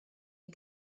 die